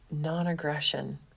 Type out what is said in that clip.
non-aggression